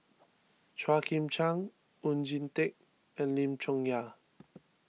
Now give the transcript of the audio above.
Chua Chim Kang Oon Jin Teik and Lim Chong Yah